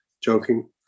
joking